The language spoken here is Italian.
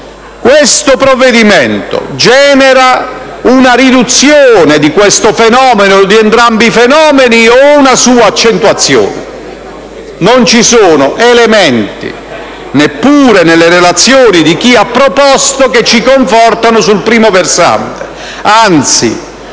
Questo provvedimento genera una riduzione di questi fenomeni, di entrambi, o una loro accentuazione? Non ci sono elementi, neppure nelle relazioni di chi ha avanzato la proposta, che ci confortino sul primo versante: anzi,